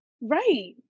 Right